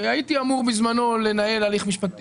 והייתי אמור בזמנו לערער.